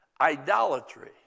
idolatry